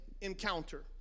encounter